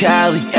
Cali